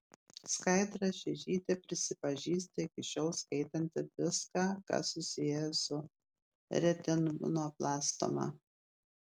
skaidra žeižytė prisipažįsta iki šiol skaitanti viską kas susiję su retinoblastoma